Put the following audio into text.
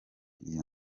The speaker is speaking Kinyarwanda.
iyo